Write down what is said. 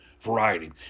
variety